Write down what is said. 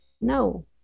no